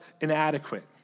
inadequate